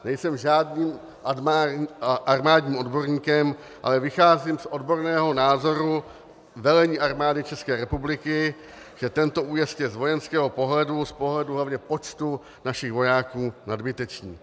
Nejsem žádným armádním odborníkem, ale vycházím z odborného názoru velení Armády České republiky, že tento újezd je z vojenského pohledu, z pohledu hlavně počtu našich vojáků, nadbytečný.